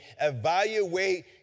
evaluate